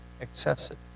excesses